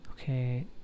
Okay